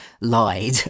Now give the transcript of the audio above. lied